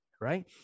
right